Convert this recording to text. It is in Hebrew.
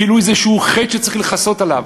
כאילו זה איזה חטא שצריך לכסות עליו.